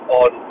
on